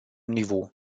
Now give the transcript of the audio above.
niveau